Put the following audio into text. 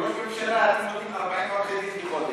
לראש ממשלה אפילו נותנים 40 עורכי-דין בחודש,